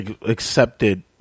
accepted